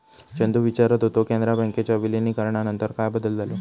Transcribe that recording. चंदू विचारत होतो, कॅनरा बँकेच्या विलीनीकरणानंतर काय बदल झालो?